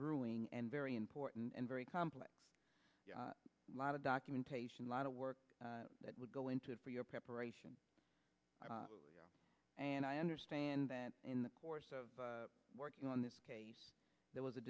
brewing and very important and very complex a lot of documentation lot of work that would go into it for your preparation and i understand that in the course of working on this case there was a